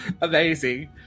amazing